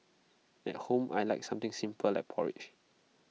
at home I Like something simple like porridge